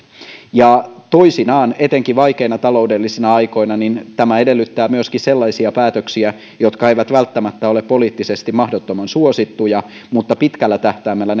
toisinaan etenkin vaikeina taloudellisina aikoina tämä edellyttää myöskin sellaisia päätöksiä jotka eivät välttämättä ole poliittisesti mahdottoman suosittuja mutta pitkällä tähtäimellä